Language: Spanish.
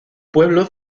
pueblo